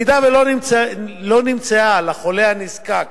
אם לא נמצאה לחולה הנזקק